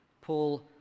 Paul